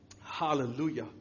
Hallelujah